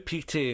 PT